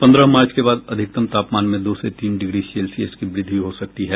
पन्द्रह मार्च के बाद अधिकतम तापमान में दो से तीन डिग्री सेल्सियस की वृद्धि हो सकती है